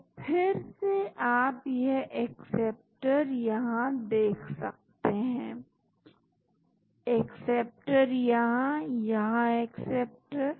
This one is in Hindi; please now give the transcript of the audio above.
तो फिर से आप यह एक्सेप्टर यहां देख सकते हैं एक्सेप्टर यहां यहां एक्सेप्टर